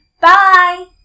Bye